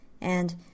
And